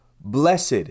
Blessed